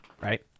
right